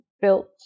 built